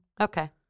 Okay